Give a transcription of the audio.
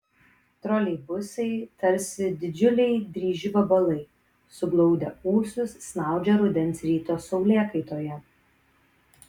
troleibusai tarsi didžiuliai dryži vabalai suglaudę ūsus snaudžia rudens ryto saulėkaitoje